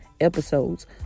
episodes